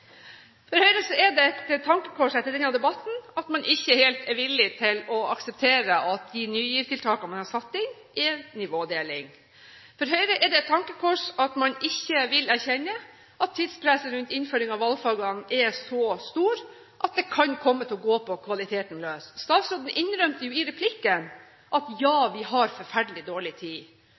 et tankekors etter denne debatten at man ikke helt er villig til å akseptere at de Ny GIV-tiltakene man har satt inn, er nivådeling. For Høyre er det et tankekors at man ikke vil erkjenne at tidspresset rundt innføring av valgfagene er så stort at det kan komme til å gå på kvaliteten løs. Statsråden innrømmet jo i replikkvekslingen at ja, vi har forferdelig dårlig tid.